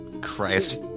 Christ